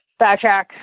Backtrack